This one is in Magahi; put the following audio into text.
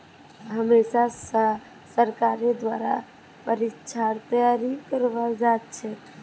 हमेशा स सरकारेर द्वारा परीक्षार तैयारी करवाल जाछेक